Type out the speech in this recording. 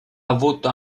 avuto